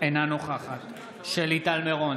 אינה נוכחת שלי טל מירון,